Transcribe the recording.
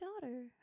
daughter